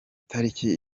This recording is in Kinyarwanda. tariki